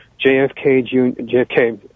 JFK